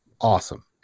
awesome